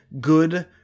good